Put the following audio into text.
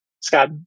Scott